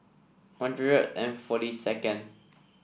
One Hundred and forty second